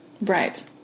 Right